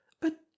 But—